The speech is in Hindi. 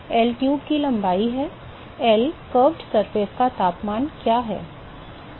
तो L ट्यूब की लंबाई है L पर घुमावदार सतह का तापमान क्या है